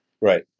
Right